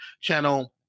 channel